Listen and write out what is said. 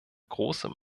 großem